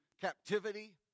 captivity